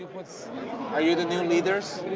are you the new leaders?